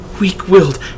weak-willed